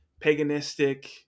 paganistic